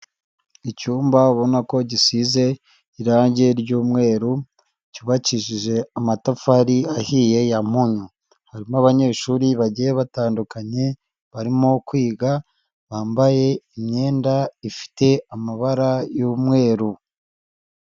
Icyumba ubona ko gisize irangi ry'umweru cyubakishije amatafari ahiye ya munyu. harimo abanyeshuri bagiye batandukanye barimo kwiga bambaye imyenda ifite amabara y'umweru.